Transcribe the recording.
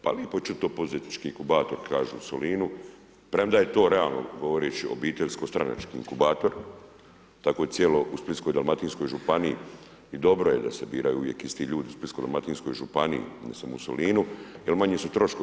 Pa lipo je to čut poduzetnički inkubator kažu u Solinu premda je to realno govoreći obiteljsko stranački inkubator, tako i u cijeloj Splitsko-dalmatinskoj županiji i dobro je da se biraju uvijek isti ljudi u Splitsko-dalmatinskoj županiji ne samo u Solinu jer manji su troškovi.